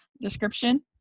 description